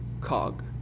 cog